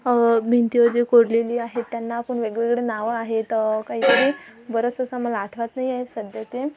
भिंतीवर जे कोरलेली आहेत त्यांना पण वेगवेगळे नावं आहेत काहीतरी बरचसं असं मला आठवत नाही आहे सध्या ते